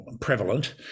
prevalent